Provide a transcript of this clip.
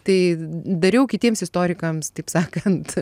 tai dariau kitiems istorikams taip sakant